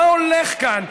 מה הולך כאן?